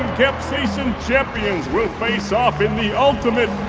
yeah champions will face off in the ultimate